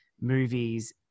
movies